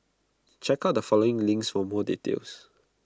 check out the following links for more details